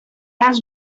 has